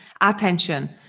attention